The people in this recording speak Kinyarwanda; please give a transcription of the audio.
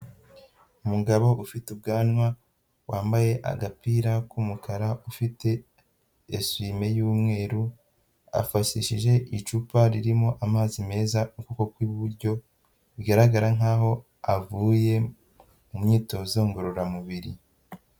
Umugabo ufite ubwanwa, wambaye agapira k'umukara, ufite esume y'umweru afashishije icupa ririmo amazi meza ukuboko kw'iburyo bigaragara nkaho avuye mu myitozo ngororamubiri.